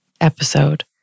episode